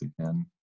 again